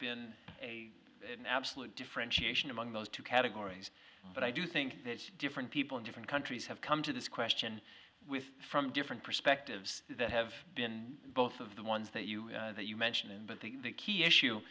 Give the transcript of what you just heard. been a absolute differentiation among those two categories but i do think that different people in different countries have come to this question from different perspectives that have been both of the ones that you that you mentioned in but the key issue